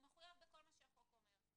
מחויב בכל מה שהחוק אומר.